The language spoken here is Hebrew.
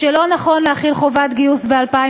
שלא נכון להחיל חובת גיוס ב-2017.